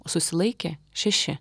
susilaikė šeši